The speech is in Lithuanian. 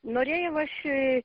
norėjau aš